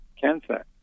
cancer